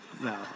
no